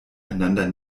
einander